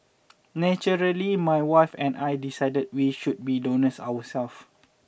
naturally my wife and I decided we should be donors ourselves